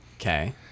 Okay